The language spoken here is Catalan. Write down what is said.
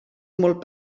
molt